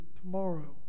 tomorrow